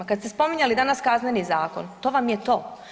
Kad ste spominjali danas Kazneni zakon, to vam je to.